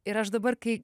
ir aš dabar kai